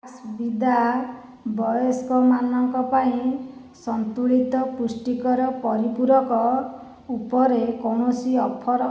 ମ୍ୟାକ୍ସଭିଦା ବୟସ୍କମାନଙ୍କ ପାଇଁ ସନ୍ତୁଳିତ ପୁଷ୍ଟିକର ପରିପୂରକ ଉପରେ କୌଣସି ଅଫର୍ ଅଛି କି